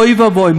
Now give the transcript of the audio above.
אוי ואבוי.